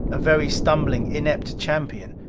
a very stumbling, inept champion,